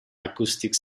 acoustic